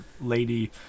Lady